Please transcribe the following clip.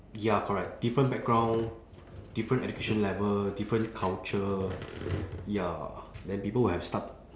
ya correct different background different education level different culture ya then people will have start